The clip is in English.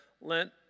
Lent